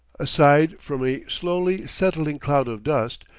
aside from a slowly settling cloud of dust,